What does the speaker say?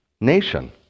nation